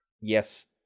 yes